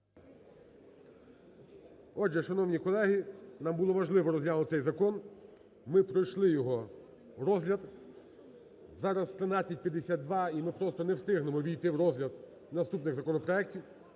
Отже, шановні колеги, нам було важливо розглянути цей закон. Ми пройшли його розгляд. Зараз 13:52, і ми просто не встигнемо ввійти в розгляд наступних законопроектів,